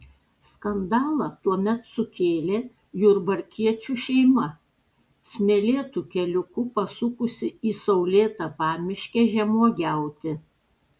skandalą tuomet sukėlė jurbarkiečių šeima smėlėtu keliuku pasukusi į saulėtą pamiškę žemuogiauti